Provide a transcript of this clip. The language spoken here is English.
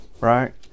Right